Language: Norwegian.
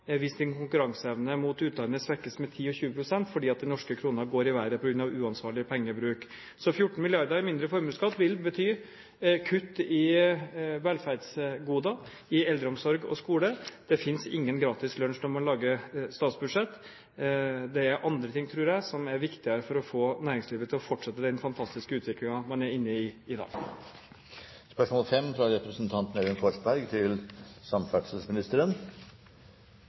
hvis konkurranseevnen mot utlandet svekkes med 10–20 pst. fordi den norske kronen går i været på grunn av uansvarlig pengebruk. 14 mrd. kr mindre i formuesskatt vil bety kutt i velferdsgoder, i eldreomsorg og skole. Det finnes ingen gratis lunsj når man lager statsbudsjett. Det er andre ting – tror jeg – som er viktigere for å få næringslivet til å fortsette den fantastiske utviklingen man er inne i, i dag. Jeg vil stille følgende spørsmål: